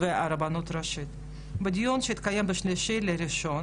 הרב אהרון בוטבול, הוא רב אזורי חבל מודיעין.